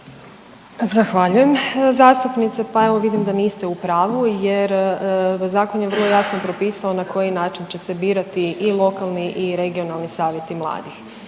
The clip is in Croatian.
Zahvaljujem zastupnice. Pa evo, vidim da niste u pravu jer zakon je vrlo jasno propisao na koji način će se birati i lokalni i regionalni savjeti mladih